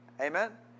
Amen